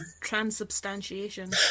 transubstantiation